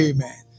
Amen